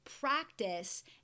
Practice